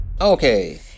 Okay